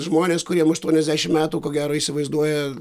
žmonės kuriem aštuoniasdešim metų ko gero įsivaizduoja